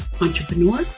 entrepreneur